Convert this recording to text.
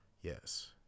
Yes